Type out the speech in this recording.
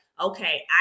Okay